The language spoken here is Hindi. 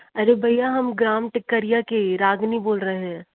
अरे भैया हम ग्राम टिकरिया की रागिनी बोल रहे हैं